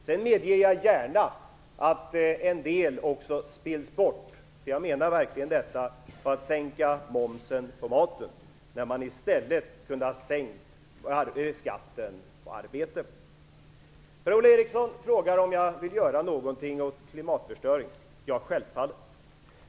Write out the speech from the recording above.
Sedan medger jag gärna att en del också spills bort - och jag menar verkligen detta - på att sänka momsen på maten när man i stället kunde ha sänkt skatten på arbete. Per-Ola Eriksson frågar om jag vill göra något åt klimatförstöringen. Ja, självfallet.